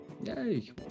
Yay